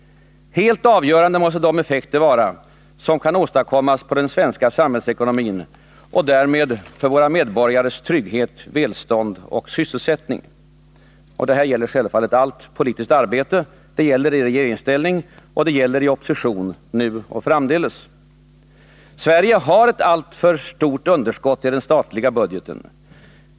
Helt avgörande måste de effekter vara som kan åstadkommas på den svenska samhällsekonomin och därmed för våra medborgares trygghet, välstånd och sysselsättning. Detta gäller självfallet i allt politiskt arbete. Det gäller i regeringsställning, och det gäller i opposition och framdeles. Sverige har ett alltför stort underskott i den statliga budgeten.